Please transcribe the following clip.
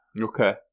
Okay